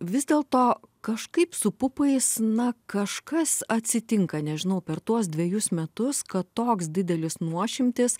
vis dėlto kažkaip su pupais na kažkas atsitinka nežinau per tuos dvejus metus kad toks didelis nuošimtis